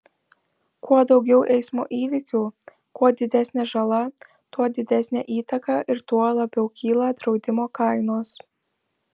kuo daugiau eismo įvykių kuo didesnė žala tuo didesnė įtaka ir tuo labiau kyla draudimo kainos